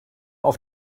auf